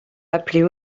appelées